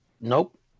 Nope